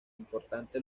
importante